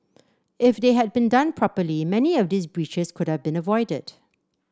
if they had been done properly many of these breaches could have been avoided